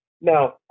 Now